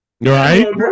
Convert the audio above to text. Right